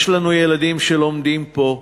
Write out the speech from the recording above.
יש לנו ילדים שלומדים פה,